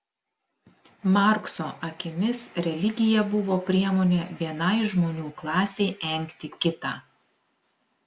markso akimis religija buvo priemonė vienai žmonių klasei engti kitą